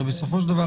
הרי בסופו של דבר,